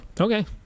Okay